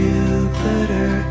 Jupiter